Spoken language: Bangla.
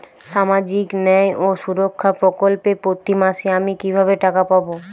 সামাজিক ন্যায় ও সুরক্ষা প্রকল্পে প্রতি মাসে আমি কিভাবে টাকা পাবো?